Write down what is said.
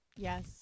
Yes